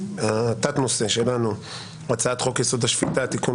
תת נושא שלנו הוא הצעת חוק יסוד: השפיטה (תיקון)